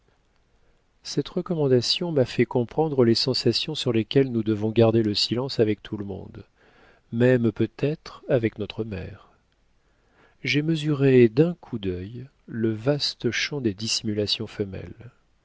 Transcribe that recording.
cette recommandation m'a fait comprendre les sensations sur lesquelles nous devons garder le silence avec tout le monde même peut-être avec notre mère j'ai mesuré d'un coup d'œil le vaste champ des dissimulations femelles